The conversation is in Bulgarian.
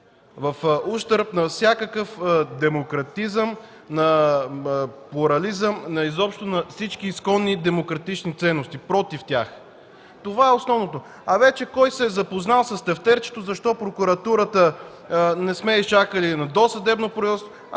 в ущърб на всякакъв демократизъм, на плурализъм, изобщо на всички изконни демократични ценности, против тях. Това е основното. А това кой се е запознал с тефтерчето, защо не сме изчакали досъдебното производство